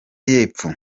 y’epfo